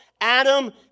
Adam